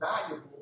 valuable